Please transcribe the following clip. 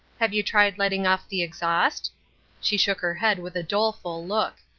have you tried letting off the exhaust she shook her head with a doleful look.